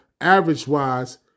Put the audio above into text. average-wise